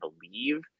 believe